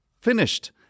finished